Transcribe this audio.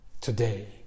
today